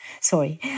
Sorry